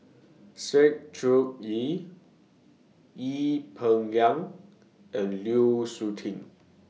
Sng Choon Yee Ee Peng Liang and Lu Suitin